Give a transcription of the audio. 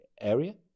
Area